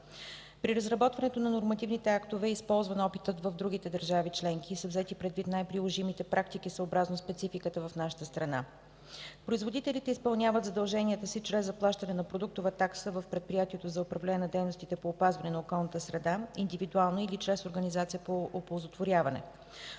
При разработването на нормативните актове е използван опитът в другите държави членки и са взети предвид най-приложимите практики, съобразно спецификата в нашата страна. Производителите изпълняват задълженията си чрез заплащане на продуктова такса в Предприятието за управление на дейностите по опазване на околната среда индивидуално или чрез организация по оползотворяване.